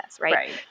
Right